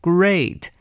Great